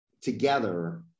together